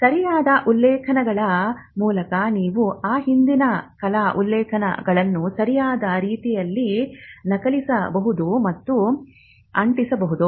ಸರಿಯಾದ ಉಲ್ಲೇಖಗಳ ಮೂಲಕ ನೀವು ಆ ಹಿಂದಿನ ಕಲಾ ಉಲ್ಲೇಖಗಳನ್ನು ಸರಿಯಾದ ರೀತಿಯಲ್ಲಿ ನಕಲಿಸಬಹುದು ಮತ್ತು ಅಂಟಿಸಬಹುದು